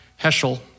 Heschel